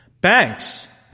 Banks